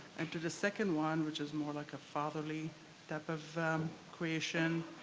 and to the second one, which is more like a fatherly type of creation.